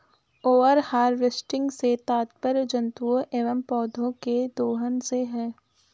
over harvesting से तात्पर्य जंतुओं एंव पौधौं के दोहन से है